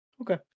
Okay